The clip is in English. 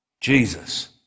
Jesus